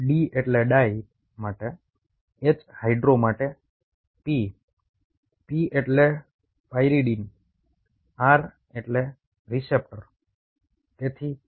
D એટલે di માટે H hydro માટે P P એટલે પાયરિડીન R એટલે રીસેપ્ટર્સ